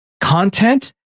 content